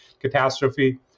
catastrophe